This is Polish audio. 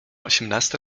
osiemnasta